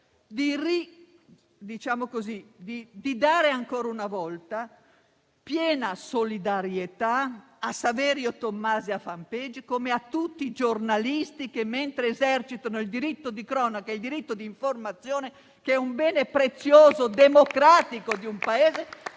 di esprimere ancora una volta piena solidarietà a Saverio Tommasi, a «Fanpage» e a tutti i giornalisti che, mentre esercitano il diritto di cronaca e il diritto di informazione, che è un bene prezioso di un Paese